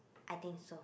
I think so